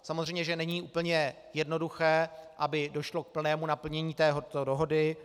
Samozřejmě že není úplně jednoduché, aby došlo k plnému naplnění této dohody.